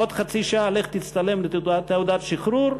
עוד חצי שעה: לך תצטלם לתעודת שחרור,